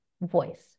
voice